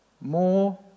more